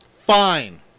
Fine